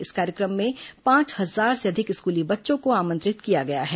इस कार्यक्रम में पांच हजार से अधिक स्कूली बच्चों को आमंत्रित किया गया है